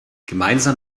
gemeinsam